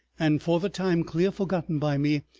and for the time, clear forgotten by me,